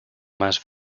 más